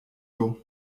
tôt